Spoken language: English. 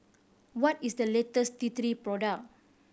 what is the latest T Three product